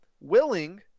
willing